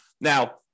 Now